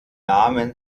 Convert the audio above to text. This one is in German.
namen